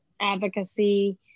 advocacy